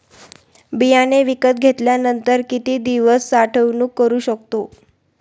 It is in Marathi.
बियाणे विकत घेतल्यानंतर किती दिवस साठवणूक करू शकतो?